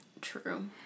True